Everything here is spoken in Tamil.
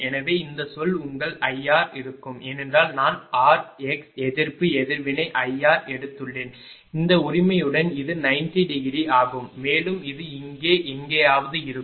எனவே இந்த சொல் உங்கள் Ir இருக்கும் ஏனென்றால் நான் r x எதிர்ப்பு எதிர்வினை Ir எடுத்துள்ளேன் இந்த உரிமையுடன் இது 90 டிகிரி ஆகும் மேலும் இது இங்கே எங்காவது இருக்கும்